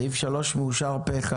סעיף 3 מאושר פה אחד.